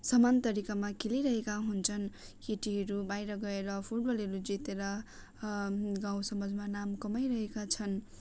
समान तरिकामा खेलिरहेका हुन्छन् केटीहरू बाहिर गएर फुटबलहरू जितेर गाउँसमाजमा नाम कमाइरहेका छन्